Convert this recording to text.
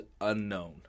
unknown